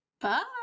Bye